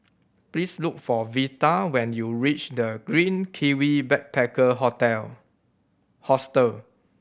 please look for Vita when you reach The Green Kiwi Backpacker Hostel